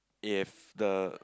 if the